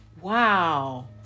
Wow